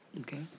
Okay